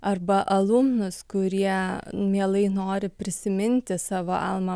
arba alumnus kurie mielai nori prisiminti savo alma